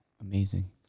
amazing